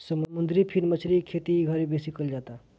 समुंदरी फिन मछरी के खेती एघड़ी बेसी कईल जाता